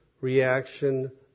Reaction